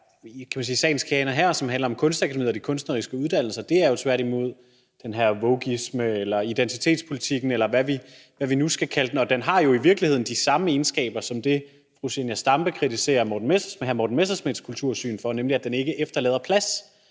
sagens kerne her, hvor det handler om Kunstakademiet og de kunstneriske uddannelser; det er jo tværtimod den her wokeisme, identitetspolitikken, eller hvad vi nu skal kalde den. Og den har jo i virkeligheden de samme egenskaber som det, fru Zenia Stampe kritiserer hr. Morten Messerschmidts kultursyn for, nemlig at den ikke efterlader plads